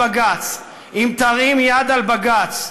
אם תרים יד על בג"ץ,